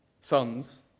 sons